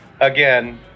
Again